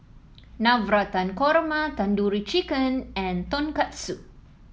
Navratan Korma Tandoori Chicken and Tonkatsu